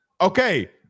Okay